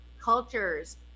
cultures